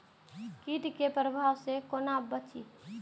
कीट के प्रभाव से कोना बचीं?